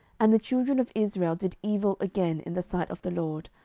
and the children of israel did evil again in the sight of the lord,